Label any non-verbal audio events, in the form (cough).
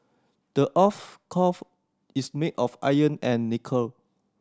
the earth's (unintelligible) is made of iron and nickel